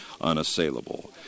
unassailable